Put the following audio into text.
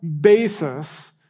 basis